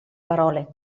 parole